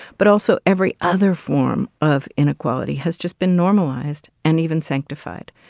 but also every other form of inequality has just been normalized and even sanctified.